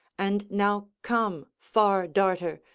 and now, come, far-darter,